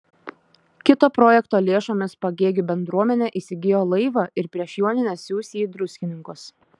kito projekto lėšomis pagėgių bendruomenė įsigijo laivą ir prieš jonines siųs jį į druskininkus